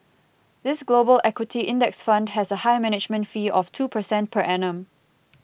this Global equity index fund has a high management fee of two percent per annum